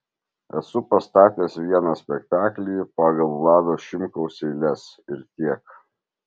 esu pastatęs vieną spektaklį pagal vlado šimkaus eiles ir tiek